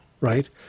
right